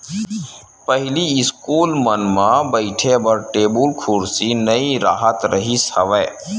पहिली इस्कूल मन म बइठे बर टेबुल कुरसी नइ राहत रिहिस हवय